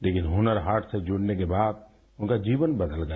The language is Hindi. लेकिन हुनर हाट से जुड़ने के बाद उनका जीवन बदल गया